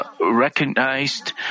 recognized